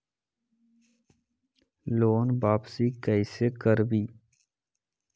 Loan वापसी कैसे करबी?